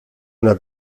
una